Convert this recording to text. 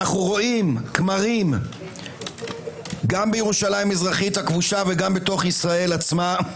אנו רואים כמרים גם בירושלים אזרחית הכבושה וגם בתוך ישראל עצמה,